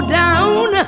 down